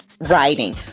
Writing